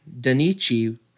Danichi